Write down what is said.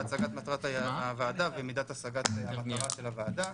בהצגת מטרת הוועדה ומידת השגת המטרה של הוועדה.